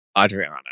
Adriana